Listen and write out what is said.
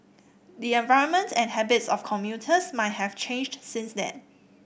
the environment and habits of commuters might have changed since then